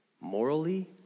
morally